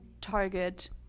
target